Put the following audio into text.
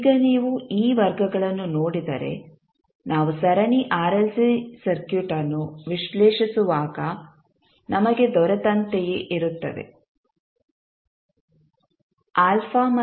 ಈಗ ನೀವು ಈ ವರ್ಗಗಳನ್ನು ನೋಡಿದರೆ ನಾವು ಸರಣಿ ಆರ್ಎಲ್ಸಿ ಸರ್ಕ್ಯೂಟ್ ಅನ್ನು ವಿಶ್ಲೇಷಿಸುವಾಗ ನಮಗೆ ದೊರೆತಂತೆಯೇ ಇರುತ್ತವೆ